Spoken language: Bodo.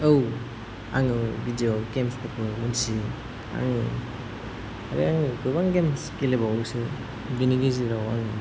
औ आङो भिडिय' गेम्सफोरखौनो मिन्थिजोबो आङो ओरै गोबां गेम्स गेलेबावोसो बिनि गेजेराव आङो